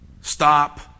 Stop